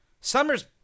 Summer's